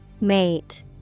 Mate